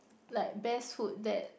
like best food that